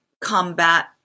combat